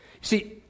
See